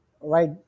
right